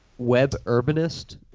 WebUrbanist